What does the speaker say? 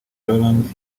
rolland